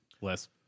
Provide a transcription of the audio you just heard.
less